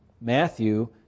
Matthew